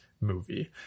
movie